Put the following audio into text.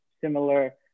similar